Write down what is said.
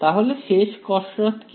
তাহলে শেষ কসরত কি